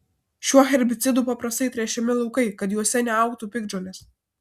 šiuo herbicidu paprastai tręšiami laukai kad juose neaugtų piktžolės